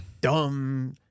dumb